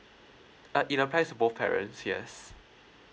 uh in a price both parents yes